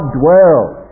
dwells